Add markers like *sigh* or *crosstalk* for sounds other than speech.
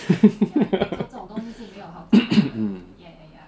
*laughs*